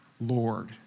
Lord